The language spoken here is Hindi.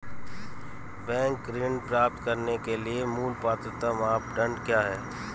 बैंक ऋण प्राप्त करने के लिए मूल पात्रता मानदंड क्या हैं?